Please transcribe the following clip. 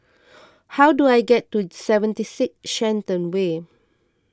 how do I get to seventy six Shenton Way